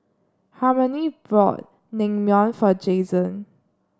Harmony bought Naengmyeon for Jason